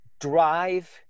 drive